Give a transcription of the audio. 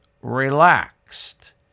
relaxed